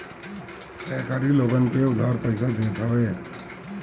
सहकारी लोगन के उधार पईसा देत हवे